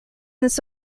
this